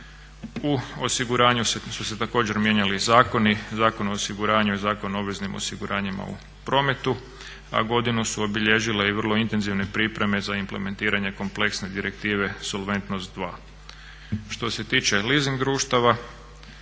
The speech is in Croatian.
U osiguranju su se također mijenjali zakoni, Zakon o osiguranju, Zakon o obveznim osiguranjima u prometu, a godinu su obilježile i vrlo intenzivne pripreme za implementiranje kompleksne direktive Solventnost 2. Što se tiče leasing društava,